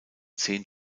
zehn